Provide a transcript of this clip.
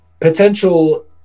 Potential